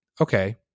okay